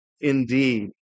indeed